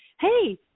hey –